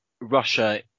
Russia